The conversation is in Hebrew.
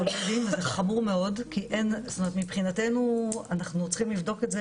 אנחנו לא יודעים וזה חמור מאוד כי מבחינתנו אנחנו צריכים לבדוק את זה,